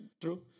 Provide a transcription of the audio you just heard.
True